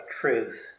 truth